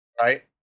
right